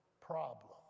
problem